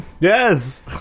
yes